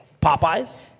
Popeyes